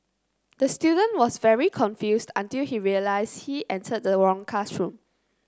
the student was very confused until he realised he entered the wrong classroom